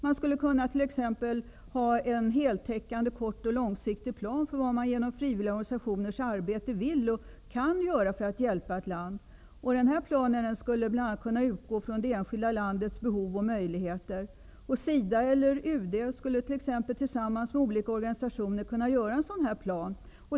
Man skulle t.ex. kunna ha heltäckande kort och långsiktiga planer för vad man genom frivilliga organisationers arbete vill och kan göra för att hjälpa ett land. Den här planen skulle bl.a. kunna utgå från det enskilda landets behov och möjligheter. SIDA eller UD skulle t.ex. tillsammans med olika organisationer kunna göra en sådan plan.